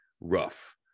rough